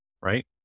right